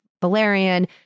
valerian